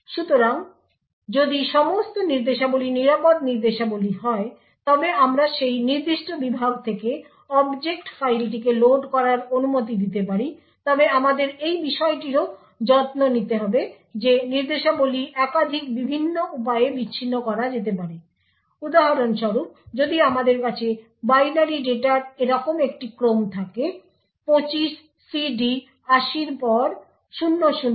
সুতরাং যদি সমস্ত নির্দেশাবলী নিরাপদ নির্দেশাবলী হয় তবে আমরা সেই নির্দিষ্ট বিভাগ থেকে অবজেক্ট ফাইলটিকে লোড করার অনুমতি দিতে পারি তবে আমাদের এই বিষয়টিরও যত্ন নিতে হবে যে নির্দেশাবলীগুলি একাধিক বিভিন্ন উপায়ে বিচ্ছিন্ন করা যেতে পারে উদাহরণস্বরূপ যদি আমাদের কাছে বাইনারি ডেটার এরকম একটি ক্রম থাকে 25 CD 80 এর পরে 00 00